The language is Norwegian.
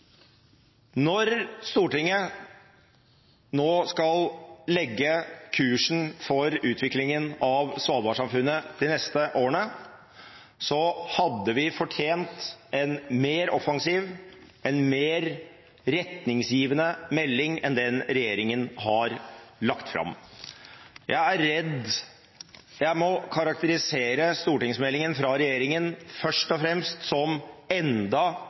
Når Stortinget nå skal legge kursen for utviklingen av Svalbard-samfunnet de neste årene, hadde vi fortjent en mer offensiv, en mer retningsgivende melding enn den regjeringen har lagt fram. Jeg er redd jeg må karakterisere stortingsmeldingen fra regjeringen først og fremst som enda